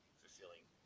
fulfilling